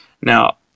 Now